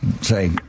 Say